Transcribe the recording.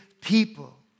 people